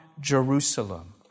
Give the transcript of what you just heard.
Jerusalem